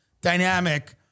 dynamic